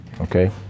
okay